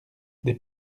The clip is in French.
des